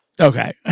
okay